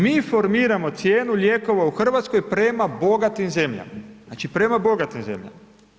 Mi formiramo cijenu lijekova u RH prema bogatim zemljama, znači, prema bogatim zemljama.